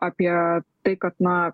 apie tai kad na